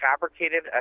fabricated